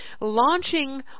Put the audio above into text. launching